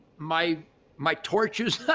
my my torches.